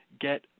get